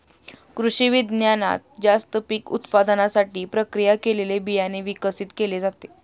कृषिविज्ञानात जास्त पीक उत्पादनासाठी प्रक्रिया केलेले बियाणे विकसित केले जाते